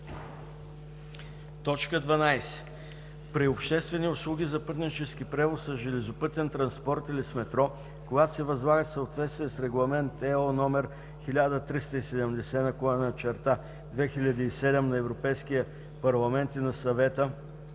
12. при обществени услуги за пътнически превоз с железопътен транспорт или с метро, когато се възлагат в съответствие с Регламент (ЕО) № 1370/2007 на Европейския парламент и на Съвета